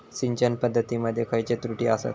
सिंचन पद्धती मध्ये खयचे त्रुटी आसत?